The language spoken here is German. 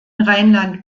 rheinland